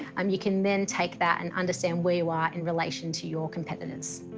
um you can then take that and understand where you are in relation to your competitors.